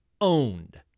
owned